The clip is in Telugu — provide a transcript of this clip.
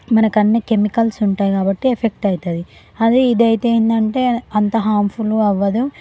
మనకన్నీ కెమికల్స్ ఉంటాయి కాబట్టి ఎఫెక్ట్ అవుతుంది అదే ఇదైతే ఏంటంటే అంత హామ్ఫుల్ అవ్వదు